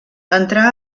entrà